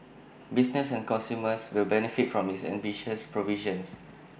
business and consumers will benefit from its ambitious provisions